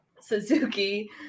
Suzuki